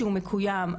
שהוא מתקיים,